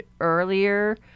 earlier